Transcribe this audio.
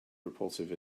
repulsive